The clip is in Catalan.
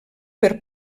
per